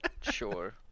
sure